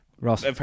Ross